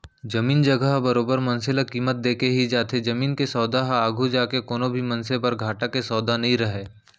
जमीन जघा ह बरोबर मनसे ल कीमत देके ही जाथे जमीन के सौदा ह आघू जाके कोनो भी मनसे बर घाटा के सौदा नइ रहय